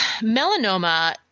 melanoma